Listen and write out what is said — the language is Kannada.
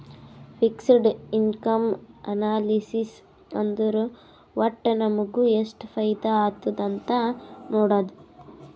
ಫಿಕ್ಸಡ್ ಇನ್ಕಮ್ ಅನಾಲಿಸಿಸ್ ಅಂದುರ್ ವಟ್ಟ್ ನಮುಗ ಎಷ್ಟ ಫೈದಾ ಆತ್ತುದ್ ಅಂತ್ ನೊಡಾದು